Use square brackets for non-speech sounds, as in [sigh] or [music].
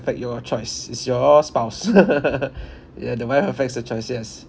affect your choice is your spouse [laughs] yeah the wife affects the choice yes